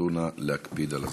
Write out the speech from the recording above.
נסו נא להקפיד על הזמנים.